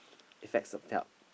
effects of talc